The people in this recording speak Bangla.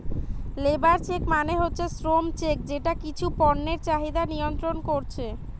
লেবার চেক মানে হচ্ছে শ্রম চেক যেটা কিছু পণ্যের চাহিদা নিয়ন্ত্রণ কোরছে